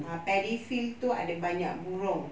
uh paddy field itu ada banyak burung